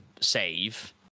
save